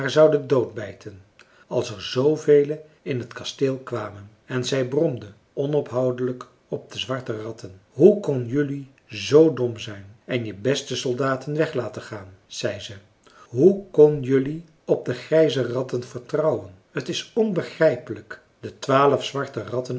zouden dood bijten als er zvele in het kasteel kwamen en zij bromde onophoudelijk op de zwarte ratten hoe kon jelui zoo dom zijn en je beste soldaten weg laten gaan zei zij hoe kon jelui op de grijze ratten vertrouwen t is onbegrijpelijk de twaalf zwarte ratten